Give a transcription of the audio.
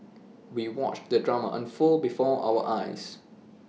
we watched the drama unfold before our eyes